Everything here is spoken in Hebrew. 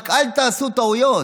רק אל תעשו טעויות.